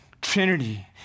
Trinity